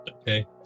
Okay